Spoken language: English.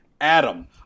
Adam